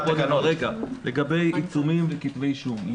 לגבי עיצומים וכתבי אישום.